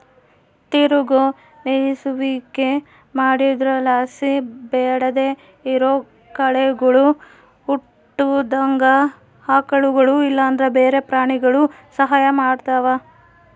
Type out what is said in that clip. ತಿರುಗೋ ಮೇಯಿಸುವಿಕೆ ಮಾಡೊದ್ರುಲಾಸಿ ಬ್ಯಾಡದೇ ಇರೋ ಕಳೆಗುಳು ಹುಟ್ಟುದಂಗ ಆಕಳುಗುಳು ಇಲ್ಲಂದ್ರ ಬ್ಯಾರೆ ಪ್ರಾಣಿಗುಳು ಸಹಾಯ ಮಾಡ್ತವ